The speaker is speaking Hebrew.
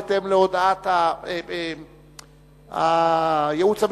בהתאם להודעת הייעוץ המשפטי,